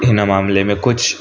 हिन मामले में कुझु